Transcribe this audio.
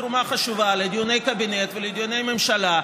תרומה חשובה לדיוני הקבינט ולדיוני הממשלה,